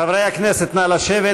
חברי הכנסת, נא לשבת.